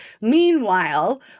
Meanwhile